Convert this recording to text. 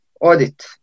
audit